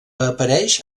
apareix